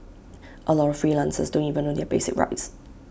A lot of freelancers don't even know their basic rights